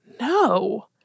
No